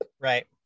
Right